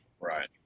right